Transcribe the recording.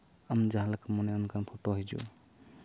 ᱟᱢ ᱡᱟᱦᱟᱸ ᱞᱮᱠᱟᱢ ᱢᱚᱱᱮᱭᱟ ᱚᱱᱠᱟ ᱯᱷᱚᱴᱳ ᱦᱤᱡᱩᱜᱼᱟ